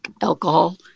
alcohol